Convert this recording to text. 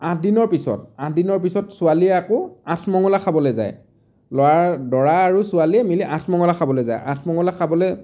আঠ দিনৰ পিছত আঠ দিনৰ পিছত ছোৱালীয়ে আকৌ আঠমঙলা খাবলৈ যায় ল'ৰাৰ দৰা আৰু ছোৱলীয়ে মিলি আঠমঙলা খাবলৈ যায় আঠমঙলা খাবলৈ